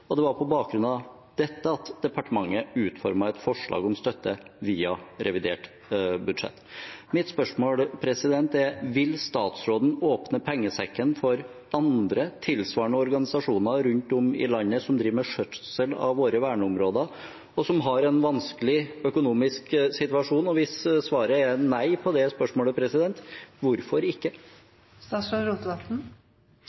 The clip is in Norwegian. og at det var på bakgrunn av dette at departementet utformet et forslag om støtte via revidert budsjett. Mitt spørsmål er: Vil statsråden åpne pengesekken for andre, tilsvarende organisasjoner som rundt om i landet driver med skjøtsel av våre verneområder, og som har en vanskelig økonomisk situasjon? Hvis svaret er nei på det spørsmålet: Hvorfor ikke?